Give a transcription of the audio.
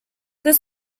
this